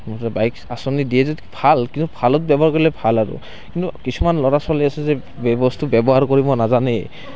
bike আঁচনি দিয়ে যদি ভাল কিন্তু ভালত ব্যৱহাৰ কৰিলে ভাল আৰু কিন্তু কিছুমান ল'ৰা ছোৱালী আছে যে বস্তু ব্যৱহাৰ কৰিব নাজানে